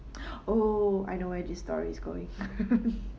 oh I know where this story is going